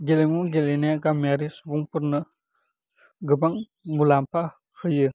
गेलेमु गेलेनाया गामियारि सुबुंफोरनो गोबां मुलाम्फा होयो